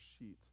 sheet